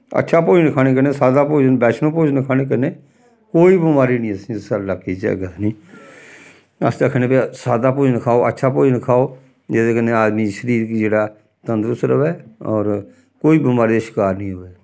अच्छा भोजन खाने कन्नै सादा भोजन बैश्णो भोजन खाने कन्नै कोई बमारी निं असें इस साढ़े लाके च केह् आखदे नी अस ते आखनें भाई सादा भोजन खाओ अच्छा भोजन खाओ जेह्दे कन्नै आदमी दे शरीर गी जेह्ड़ा तंदरुस्त र'वै होर कोई बमारी दा शकार निं होऐ